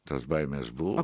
tos baimės buvo